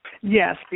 Yes